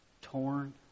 torn